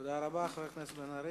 תודה רבה, חבר הכנסת בן-ארי.